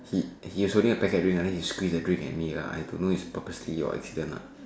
he he was holding a packet drink lah then he squeeze the drink at me ah I don't know if it's purposely or accident lah